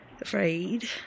Afraid